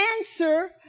answer